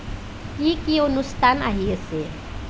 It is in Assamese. কি কি অনুষ্ঠান আহি আছে